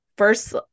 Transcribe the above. first